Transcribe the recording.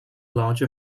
large